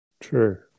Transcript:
True